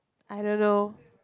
I don't know